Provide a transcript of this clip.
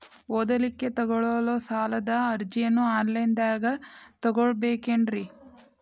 ಓದಲಿಕ್ಕೆ ತಗೊಳ್ಳೋ ಸಾಲದ ಅರ್ಜಿ ಆನ್ಲೈನ್ದಾಗ ತಗೊಬೇಕೇನ್ರಿ?